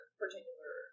particular